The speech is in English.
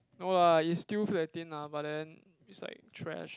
no lah is still feel like thin lah but then it's like trash